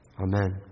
Amen